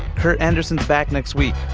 kurt anderson back next week.